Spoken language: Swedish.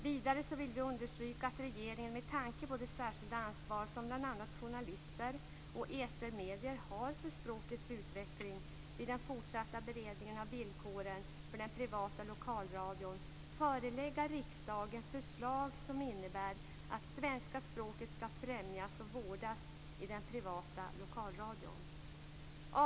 Vidare vill vi understryka att regeringen, med tanke på det särskilda ansvar som bl.a. journalister och etermedier har för språkets utveckling, vid den fortsatta beredningen av villkoren för den privata lokalradion bör förelägga riksdagen förslag som innebär att svenska språket skall främjas och vårdas i den privata lokalradion.